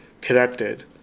connected